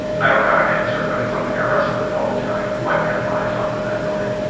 i don't have an answer, but it's something i wrestle with all the time. what am i fundamentally?